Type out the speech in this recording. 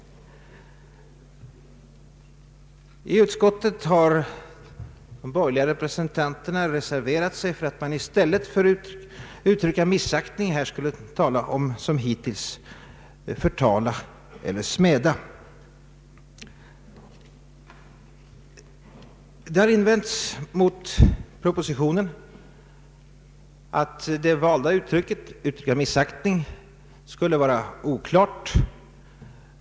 I utskottet har de borgerliga representanterna reserverat sig för att man, i stället för att använda uttrycket ”missaktning”, som hittills borde tala om ”förtal eller smädelse”. Reservanterna har gjort invändningar mot det i propositionen valda uttrycket ”missaktning” och ansett att det skulle vara oklart.